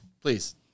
Please